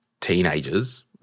teenagers